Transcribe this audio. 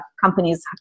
companies